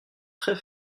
trés